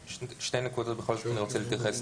שתי נקודות בכל זאת אני רוצה להתייחס.